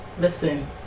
Listen